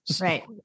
right